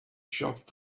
shop